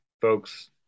folks